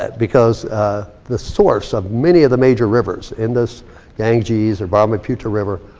but because ah the source of many of the major rivers, in this ganges or brahmaputra river,